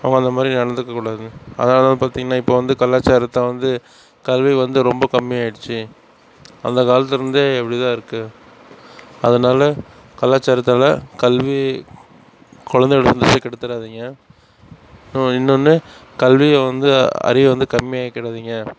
அவங்க அது மாதிரி நடந்துக்கக் கூடாதுங்க அதனால் தான் பார்த்திங்கன்னா இப்போ வந்து கலாச்சாரத்தை வந்து கல்வி வந்து ரொம்ப கம்மியாகிடுச்சி அந்த காலத்திலேருந்தே இப்படி தான் இருக்குது அதனால் கலாச்சாரத்தால் கல்வி குழந்தைங்களோட லைஃபை கெடுத்துடாதீங்க அப்புறம் இன்னொன்று கல்வியை வந்து அறிவை வந்து கம்மியாக்கிவிடாதீங்க